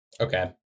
Okay